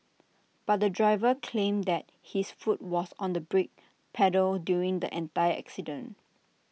but the driver claimed that his foot was on the brake pedal during the entire accident